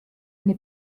eine